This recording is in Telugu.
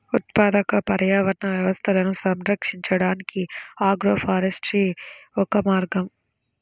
ఉత్పాదక పర్యావరణ వ్యవస్థలను సంరక్షించడానికి ఆగ్రోఫారెస్ట్రీ ఒక మార్గం